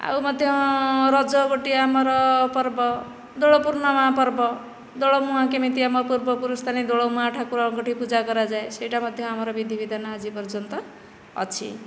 ଆଉ ମଧ୍ୟ ରଜ ଗୋଟିଏ ଆମର ପର୍ବ ଦୋଳ ପୂର୍ଣ୍ଣମା ପର୍ବ ଦୋଳ ମୁଂହା କେମିତି ଆମ ପୂର୍ବପୁରୁଷ ମାନେ ଦୋଳ ମୁଂହା ଠାକୁରଙ୍କ ଠାରେ ପୂଜା କରାଯାଏ ସେଇଟା ମଧ୍ୟ ଆମର ବିଧିବିଧାନ ଆଜି ପର୍ଯ୍ୟନ୍ତ ଅଛି